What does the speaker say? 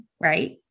right